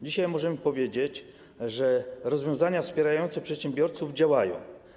Dzisiaj możemy powiedzieć, że rozwiązania wspierające przedsiębiorców działają.